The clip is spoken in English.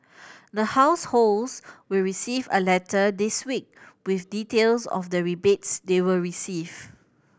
the households will receive a letter this week with details of the rebates they will receive